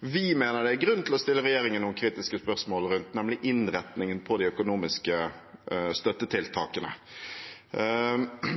vi mener det er grunn til å stille regjeringen noen kritiske spørsmål rundt, nemlig innretningen på de økonomiske støttetiltakene.